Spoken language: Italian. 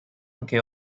anche